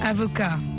Avocat